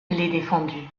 défendu